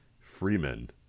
Freeman